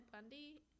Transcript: bundy